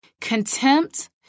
Contempt